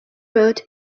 root